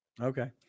Okay